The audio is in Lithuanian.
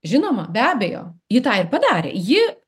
žinoma be abejo ji tą ir padarė ji